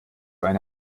eine